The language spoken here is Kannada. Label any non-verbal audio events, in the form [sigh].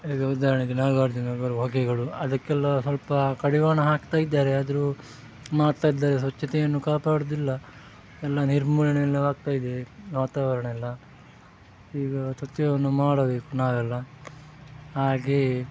ಈಗ ಉದಾಹರಣೆಗೆ [unintelligible] ಬರುವ ಹೊಗೆಗಳು ಅದಕ್ಕೆಲ್ಲ ಸ್ವಲ್ಪ ಕಡಿವಾಣ ಹಾಕ್ತಾಯಿದ್ದಾರೆ ಆದರೂ ಮಾಡ್ತಾ ಇದ್ದಾರೆ ಸ್ವಚ್ಛತೆಯನ್ನು ಕಾಪಾಡೋದಿಲ್ಲ ಎಲ್ಲ ನಿರ್ಮೂಲನೆ ಎಲ್ಲವು ಆಗ್ತಾಯಿದೆ ವಾತಾವರಣ ಎಲ್ಲ ಈಗ ಸ್ವಚ್ಛವನ್ನು ಮಾಡಬೇಕು ನಾವೆಲ್ಲ ಹಾಗೆಯೇ